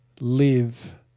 live